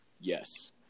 Yes